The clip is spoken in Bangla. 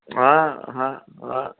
হ্যাঁ হ্যাঁ হ্যাঁ